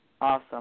Awesome